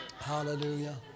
Hallelujah